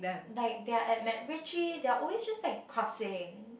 like they're at MacRitchie they're always just like crossing